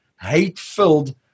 hate-filled